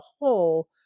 whole